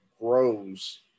grows